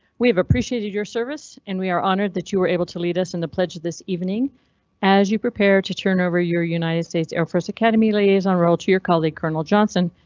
we have appreciated your service and we are honored that you were able to lead us in the pledge this evening as you prepare to turn over your united states air force academy liaison role to your colleague colonel johnson.